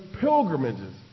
pilgrimages